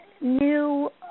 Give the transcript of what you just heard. new